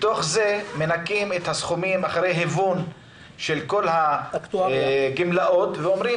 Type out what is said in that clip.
מתוך זה מנכים את הסכומים אחרי היוון של כל הגמלאות ואומרים